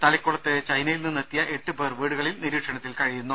തളിക്കുളത്ത് ചൈനയിൽ നിന്നെത്തിയ എട്ടു പേർ വീടുകളിൽ നിരീക്ഷണത്തിൽ കഴിയുന്നു